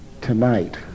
tonight